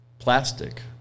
plastic